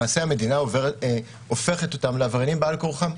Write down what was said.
למעשה המדינה הופכת אותם לעבריינים בעל כורחם,